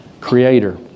Creator